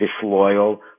disloyal